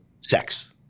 sex